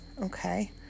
okay